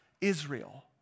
Israel